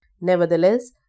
Nevertheless